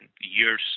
years